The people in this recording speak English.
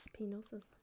Penises